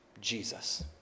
Jesus